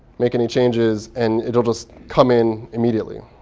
make any changes, and it'll just come in immediately.